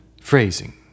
phrasing